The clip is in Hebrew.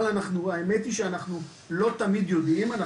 אבל אנחנו, האמת היא שאנחנו לא תמיד יודעים.